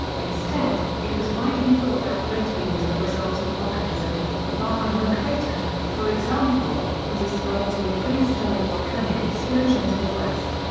instead, it was widely thought that cratering was the result of volcanism the barringer crater, for example, was ascribed to a prehistoric volcanic explosion to the west.